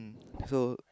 so